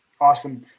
Awesome